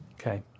Okay